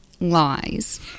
lies